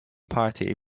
party